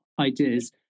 ideas